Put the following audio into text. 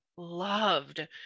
loved